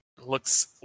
looks